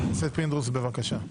חבר הכנסת פינדרוס, בבקשה.